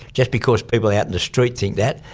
just because people out in the street think that,